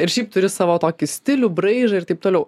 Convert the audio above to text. ir šiaip turi savo tokį stilių braižą ir taip toliau